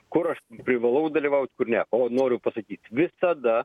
kur aš privalau dalyvaut kur ne o noriu pasakyt visada